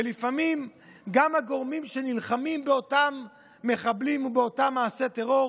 ולפעמים גם הגורמים שנלחמים באותם מחבלים ובאותם מעשי טרור